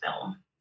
film